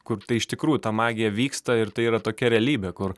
kur tai iš tikrųjų ta magija vyksta ir tai yra tokia realybė kur